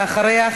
ואחריה,